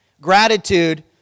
gratitude